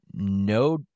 No